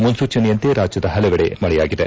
ಮುನ್ಸೂಚನೆಯಂತೆ ರಾಜ್ಯದ ಹಲವೆಡೆ ಮಳೆಯಾಗಿದೆ